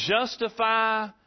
justify